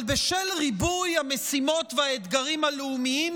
אבל בשל ריבוי המשימות והאתגרים הלאומיים,